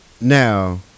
Now